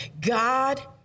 God